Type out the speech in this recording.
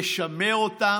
לשמר אותם,